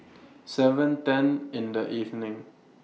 seven ten in The evening